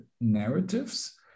narratives